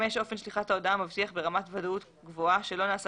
אופן שליחת ההודעה מבטיח ברמת ודאות גבוהה שלא נעשה